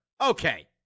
Okay